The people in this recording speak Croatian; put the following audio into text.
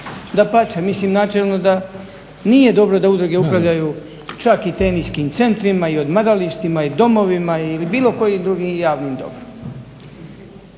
Dapače, mislim načelno da nije dobro da udruge upravljaju čak i teniskim centrima i odmaralištima i domovima ili bilo kojim drugim javnim dobrom.